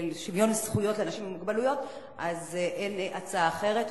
זכויות לאנשים עם מוגבלויות אין הצעה אחרת.